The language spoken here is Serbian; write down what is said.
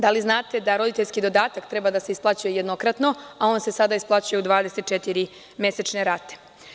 Da li znate da roditeljski dodatak treba da se isplaćuje jednokratno, a on se sada isplaćuje u mesečne rate?